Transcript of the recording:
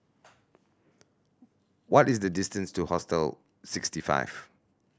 what is the distance to Hostel Sixty Five